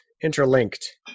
interlinked